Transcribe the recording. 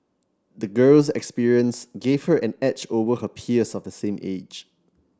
the girl's experience gave her an edge over her peers of the same age